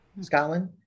Scotland